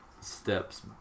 steps